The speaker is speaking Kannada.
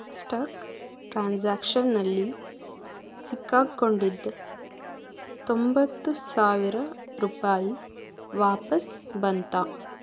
ಸ್ಟಕ್ ಟ್ರಾನ್ಸಾಕ್ಷನ್ನಲ್ಲಿ ಸಿಕ್ಕಾಕೊಂಡಿದ್ದ ತೊಂಬತ್ತು ಸಾವಿರ ರೂಪಾಯಿ ವಾಪಸ್ ಬಂತಾ